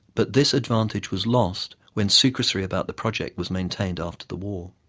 but this advantage was lost when secrecy about the project was maintained after the war.